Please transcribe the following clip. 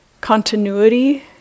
continuity